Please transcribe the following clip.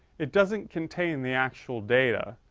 it doesn't contain the actual data.